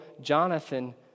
Jonathan